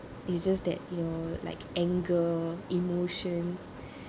it's just that you know like anger emotions